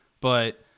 But-